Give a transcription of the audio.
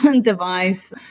device